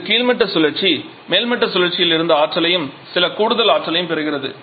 அங்கு கீழ்மட்ட சுழற்சி மேல்மட்ட சுழற்சியில் இருந்து ஆற்றலையும் சில கூடுதல் ஆற்றலையும் பெறுகிறது